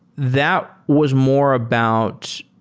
that was more about,